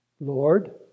Lord